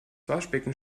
waschbecken